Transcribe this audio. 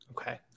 Okay